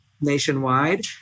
nationwide